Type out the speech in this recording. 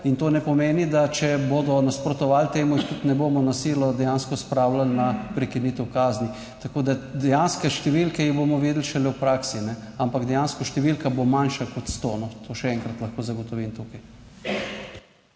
in to ne pomeni, da če bodo nasprotovali temu, jih tudi ne bomo na silo dejansko spravljali na prekinitev kazni. Tako da dejansko številke jih bomo videli šele v praksi, ampak dejansko številka bo manjša kot sto, to še enkrat lahko zagotovim tukaj.